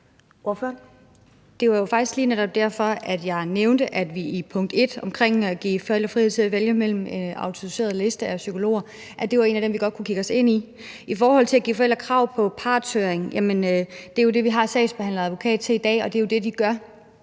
Det var faktisk lige netop derfor, at jeg nævnte, at det i forbindelse med punkt 1, der vedrører at give forældre frihed til at vælge fra en liste over autoriserede psykologer, var en af dem, vi godt kunne se os i. I forhold til at give forældre krav på partshøring vil jeg sige, at det jo er det, vi har sagsbehandlere og advokat til i dag, og det er jo det, de gør.